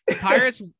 Pirates –